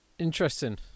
Interesting